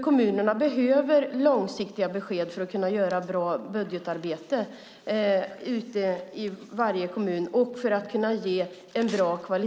Kommunerna behöver långsiktiga besked för att kunna göra ett bra budgetarbete och ha hög kvalitet i välfärden.